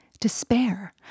despair